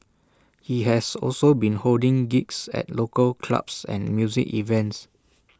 he has also been holding gigs at local clubs and music events